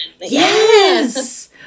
Yes